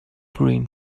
green